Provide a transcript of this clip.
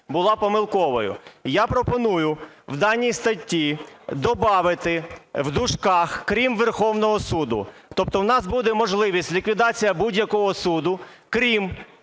Я пропоную в даній статті добавити в дужках (крім Верховного Суду). Тобто у нас буде можливість ліквідації будь-якого суду, крім